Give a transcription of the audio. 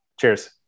Cheers